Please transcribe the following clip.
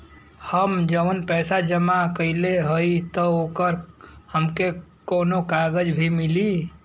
हम जवन पैसा जमा कइले हई त ओकर हमके कौनो कागज भी मिली?